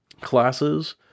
classes